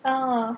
uh